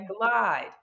glide